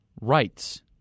rights